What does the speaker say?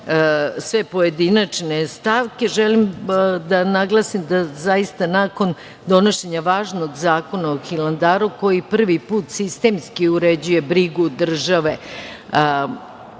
sve pojedinačne stavke. Želim da naglasim da zaista nakon donošenja važnog Zakona o Hilandaru koji prvi put sistemski uređuje brigu države